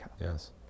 Yes